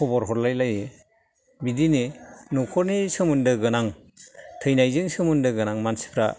खबर हरलायलायो बिदिनो न'खरनि सोमोन्दो गोनां थैनायजों सोमोन्दो गोनां मानसिफ्रा